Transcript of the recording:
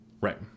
right